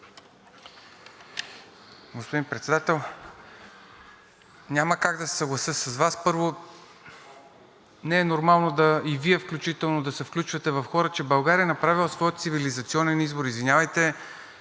Господин Председател, няма как да се съглася с Вас. Първо, не е нормално и Вие включително да се включвате в хора, че България е направила своя цивилизационен избор. Извинявайте,